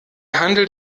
handelt